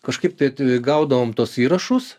kažkaip tai gaudavom tuos įrašus